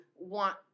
want